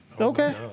okay